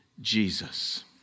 Jesus